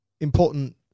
important